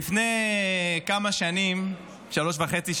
לפני שלוש שנים וחצי,